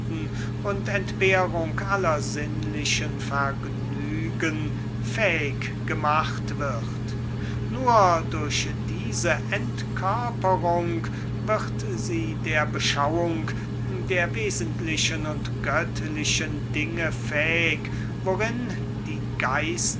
und entbehrung aller sinnlichen vergnügen fähig gemacht wird nur durch diese entkörperung wird sie der beschauung der wesentlichen und göttlichen dinge fähig worin die